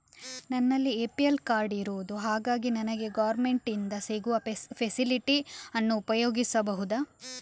ನನ್ನಲ್ಲಿ APL card ಇರುದು ಹಾಗಾಗಿ ನನಗೆ ಗವರ್ನಮೆಂಟ್ ಇಂದ ಸಿಗುವ ಫೆಸಿಲಿಟಿ ಅನ್ನು ಉಪಯೋಗಿಸಬಹುದಾ?